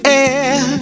air